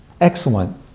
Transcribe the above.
Excellent